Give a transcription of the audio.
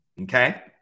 Okay